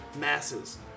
masses